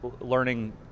learning